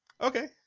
Okay